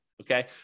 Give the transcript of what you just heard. Okay